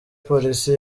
polisi